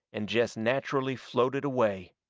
and jest natcherally floated away.